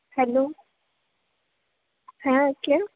hello হ্যাঁ কে